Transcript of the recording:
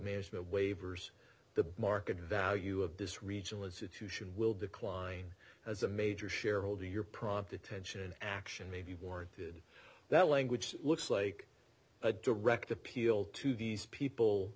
management waivers the market value of this regional institution will decline as a major shareholder your prompt attention and action may be warranted that language looks like a direct appeal to these people